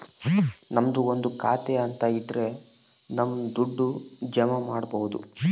ನಮ್ದು ಒಂದು ಖಾತೆ ಅಂತ ಇದ್ರ ನಮ್ ದುಡ್ಡು ಜಮ ಮಾಡ್ಬೋದು